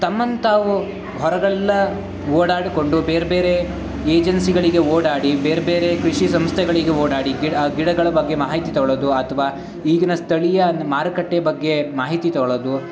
ತಮ್ಮನ್ನು ತಾವು ಹೊರಗೆಲ್ಲ ಓಡಾಡಿಕೊಂಡು ಬೇರೆ ಬೇರೆ ಏಜೆನ್ಸಿಗಳಿಗೆ ಓಡಾಡಿ ಬೇರೆ ಬೇರೆ ಕೃಷಿ ಸಂಸ್ಥೆಗಳಿಗೆ ಓಡಾಡಿ ಗಿಡ ಆ ಗಿಡಗಳ ಬಗ್ಗೆ ಮಾಹಿತಿ ತೊಗೊಳ್ಳೋದು ಅಥವಾ ಈಗಿನ ಸ್ಥಳೀಯ ಅದ್ನ ಮಾರುಕಟ್ಟೆ ಬಗ್ಗೆ ಮಾಹಿತಿ ತೊಗೊಳ್ಳೋದು